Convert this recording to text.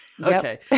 Okay